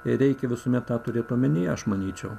reikia visuomet tą turėt omenyje aš manyčiau